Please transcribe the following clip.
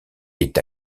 est